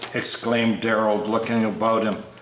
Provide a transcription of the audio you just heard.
exclaimed darrell, looking about him,